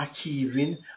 achieving